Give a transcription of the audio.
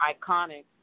iconic